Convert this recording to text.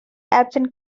absent